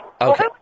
Okay